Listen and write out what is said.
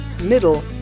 Middle